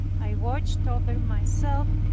i watched over myself,